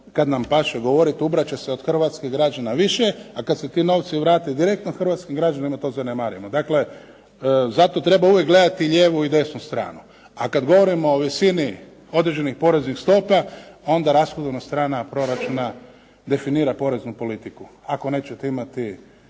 kad nam paše govoriti ubrati će se od hrvatskih građana više, a kad se ti novci vrate direktno hrvatskim građanima, to zanemarujemo. Dakle, zato treba uvijek gledati lijevu i desnu stranu, a kad govorimo o visini određenih poreznih stopa, onda rashodovna strana proračuna definira poreznu politiku. Ako nećete imati